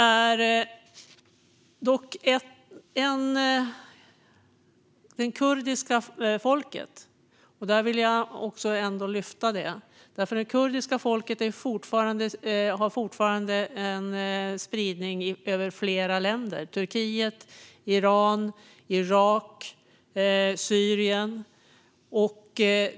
Jag vill dock lyfta fram det kurdiska folket. Det kurdiska folket har fortfarande spridning över flera länder - Turkiet, Iran, Irak och Syrien.